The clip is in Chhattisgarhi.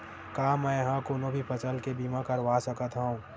का मै ह कोनो भी फसल के बीमा करवा सकत हव?